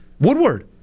Woodward